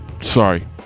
Sorry